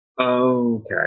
Okay